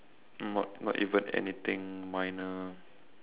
not not even anything minor